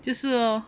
就是 orh